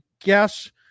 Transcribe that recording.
guess